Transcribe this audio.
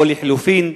ולחלופין,